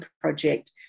project